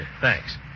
Thanks